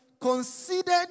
considered